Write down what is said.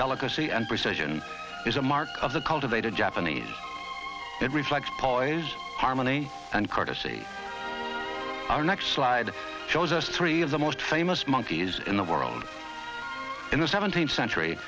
delicacy and precision is a mark of the cultivated japanese it reflects poise harmony and courtesy our next slide shows us three of the most famous monkeys in the world in the seventeenth century